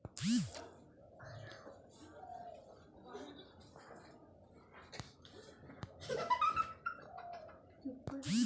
खाता खोलने के लिए आवश्यक न्यूनतम शेष राशि क्या है?